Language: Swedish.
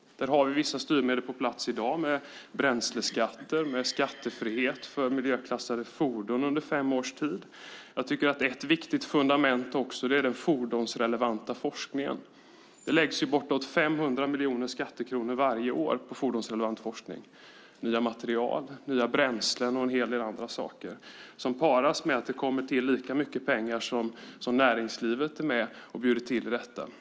Där har vi vissa styrmedel på plats i dag med bränsleskatter, med skattefrihet för miljöklassade fordon under fem års tid. Ett viktigt fundament är också den fordonsrelevanta forskningen. Det läggs uppemot 500 miljoner skattekronor varje år på fordonsrelevant forskning, nya material, nya bränslen och en hel del andra saker parat med att det kommer till lika mycket pengar som näringslivet är med och skjuter till för detta.